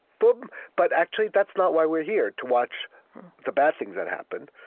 boom! but, actually, that's not why we're here, to watch the bad things that happened.